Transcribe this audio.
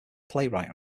playwright